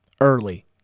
early